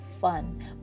fun